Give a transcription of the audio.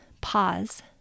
pause